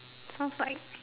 smells like